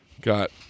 Got